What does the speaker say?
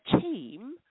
team